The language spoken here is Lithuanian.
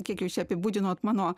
kiek jūs čia apibūdinot mano